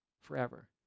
forever